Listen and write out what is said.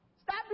Stop